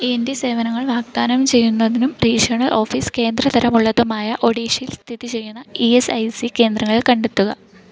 E N T സേവനങ്ങൾ വാഗ്ദാനം ചെയ്യുന്നതിനും റീജിയണൽ ഓഫീസ് കേന്ദ്ര തരം ഉള്ളതുമായ ഒഡീഷയിൽ സ്ഥിതി ചെയ്യുന്ന ഈ എസ് ഐ സി കേന്ദ്രങ്ങൾ കണ്ടെത്തുക